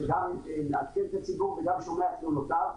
שגם מעדכנת את הציבור וגם שומעת את תלונותיו.